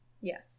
Yes